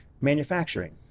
manufacturing